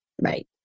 Right